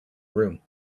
room